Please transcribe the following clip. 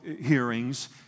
hearings